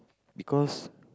because